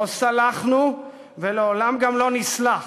לא סלחנו ולעולם גם לא נסלח,